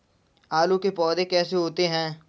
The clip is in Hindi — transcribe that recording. आलू के पौधे कैसे होते हैं?